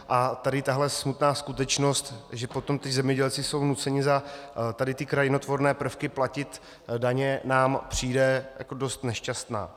A tedy tahle smutná skutečnost, že potom ti zemědělci jsou nuceni za tady ty krajinotvorné prvky platit daně, nám přijde dost nešťastná.